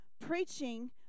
preaching